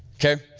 okay?